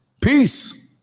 Peace